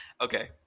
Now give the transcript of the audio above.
okay